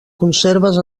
conserves